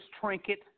trinket